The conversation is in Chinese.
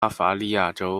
巴伐利亚州